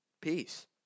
Peace